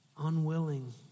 unwilling